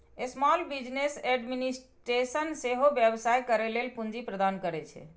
small business administration सेहो व्यवसाय करै लेल पूंजी प्रदान करै छै